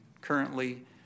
currently